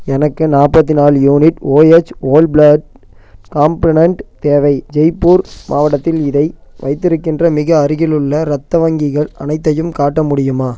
எனக்கு நாற்பத்தி நாலு unit OH whole blood component தேவை ஜெய்ப்பூர் மாவட்டத்தில் இதை வைத்திருக்கின்ற மிக அருகிலுள்ள ரத்த வங்கிகள் அனைத்தையும் காட்ட முடியுமா